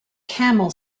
camel